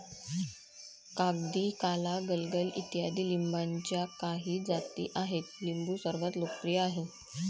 कागजी, काला, गलगल इत्यादी लिंबाच्या काही जाती आहेत लिंबू सर्वात लोकप्रिय आहे